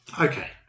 Okay